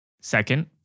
Second